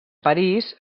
parís